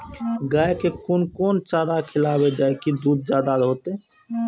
गाय के कोन कोन चारा खिलाबे जा की दूध जादे होते?